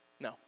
no